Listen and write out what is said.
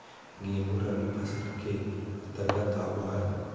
गेंहूँ रबी फसल के अंतर्गत आबो हय